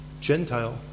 Gentile